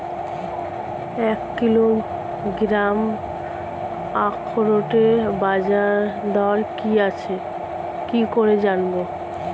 এক কিলোগ্রাম আখরোটের বাজারদর কি আছে কি করে জানবো?